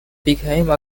became